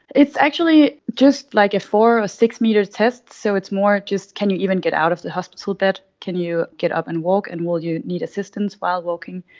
it's actually just like a four or six-metre test, so it's more just can you even get out of the hospital bed, can you get up and walk and will you need assistance while walking.